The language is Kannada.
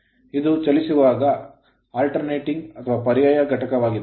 ಇದು ಚಲಿಸುವಾಗ alternating ಪರ್ಯಾಯ ಘಟಕವಾಗಿದೆ